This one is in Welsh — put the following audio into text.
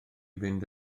fynd